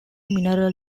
mineral